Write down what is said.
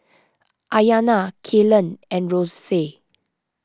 Aryanna Kaylen and Rosey